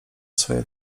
swoje